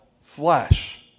flesh